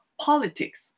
politics